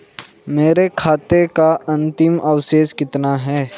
मेरे खाते का अंतिम अवशेष कितना है?